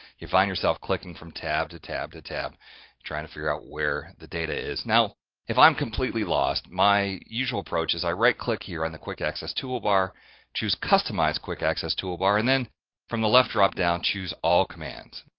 you'll find yourself clicking from tab to tab to tab trying to figure out where the data is. now if i'm completely lost my usual approach is i right click here on the quick access toolbar choose customize quick access toolbar and then from the left drop-down choose all commands.